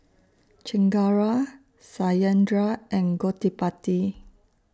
Chengara Satyendra and Gottipati